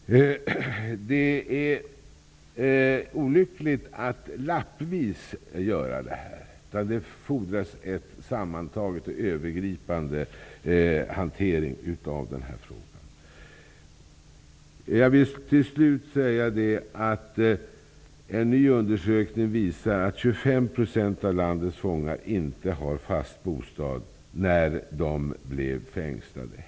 Det är olyckligt att göra detta lappvis. Det fordras en övergripande hantering av frågan. Till slut vill jag säga att en ny undersökning visar att 25 procent av landets fångar inte hade fast bostad när de blev fängslade.